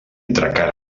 entre